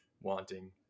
wanting